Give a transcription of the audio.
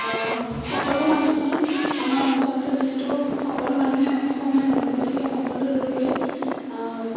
সকলো মানুহেই আমাৰ অঞ্চলটো যিহেতু সকলো মানুহেই অসমীয়া মানুহ গতিকে সকলো লোকেই